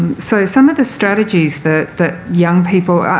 so some of the strategies that that young people